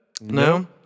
No